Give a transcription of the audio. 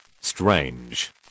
Strange